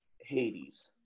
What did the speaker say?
Hades